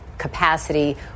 capacity